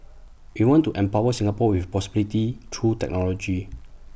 we want to empower Singapore with possibilities through technology